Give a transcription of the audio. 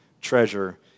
treasure